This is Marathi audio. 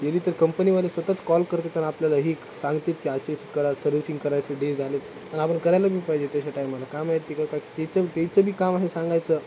केली तर कंपनीवाले सतत कॉल करतात आणि आपल्याला हे सांगतात की असे असे करा सर्व्हिसिंग करायचं डे झाले आहेत आणि आपण करायला बी पाहिजे त्याच्या टाईमाला का माहिती का काय तेच तेचं बी काम आहे सांगायचं